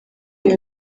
iyo